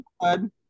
good